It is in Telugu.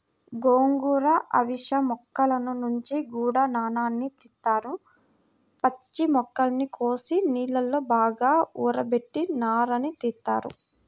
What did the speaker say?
గోంగూర, అవిశ మొక్కల నుంచి గూడా నారని తీత్తారు, పచ్చి మొక్కల్ని కోసి నీళ్ళలో బాగా ఊరబెట్టి నారని తీత్తారు